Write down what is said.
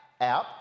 app